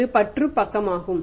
இது பற்று பக்கமாகும்